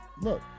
look